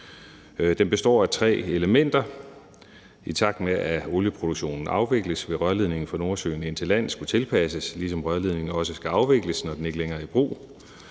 Den består af tre elementer. I takt med at olieproduktionen afvikles, vil rørledningen fra Nordsøen og ind til land skulle tilpasses, ligesom rørledningen også skal afvikles, når den ikke længere er i brug.